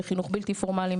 בחינוך בלתי פורמלי,